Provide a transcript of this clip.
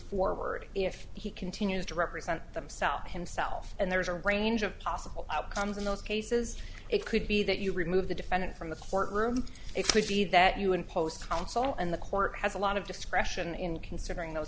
forward if he continues to represent himself himself and there's a range of possible outcomes in those cases it could be that you remove the defendant from the court room it could be that you would post counsel and the court has a lot of discretion in considering those